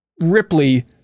ripley